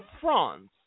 France